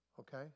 Okay